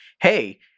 hey